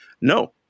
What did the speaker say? no